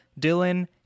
Dylan